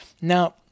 Now